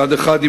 מצד אחד,